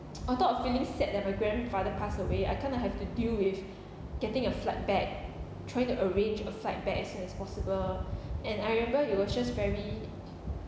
on top of feeling sad that my grandfather pass away I kind of have to deal with getting a flight back trying to arrange a flight back as soon as possible and I remember it was just very